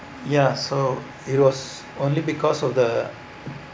ya so it was only because of the